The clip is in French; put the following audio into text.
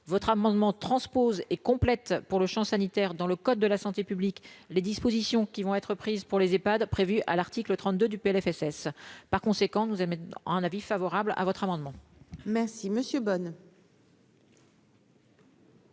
votre amendement transpose et complète pour le Champ sanitaire dans le code de la santé publique, les dispositions qui vont être prises pour les Epad prévu à l'article 32 du PLFSS par conséquent nous amène à un avis favorable à votre amendement. Merci Monsieur, bonne.